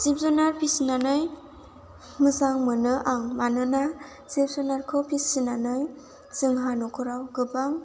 जिब जुनार फिसिनानै मोजां मोनो आं मानोना जिब जुनारखौ फिसिनानै जोंहा न'खराव गोबां